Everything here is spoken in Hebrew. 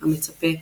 "המצפה",